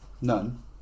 None